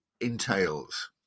entails